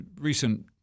recent